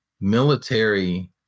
military